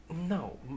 No